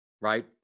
Right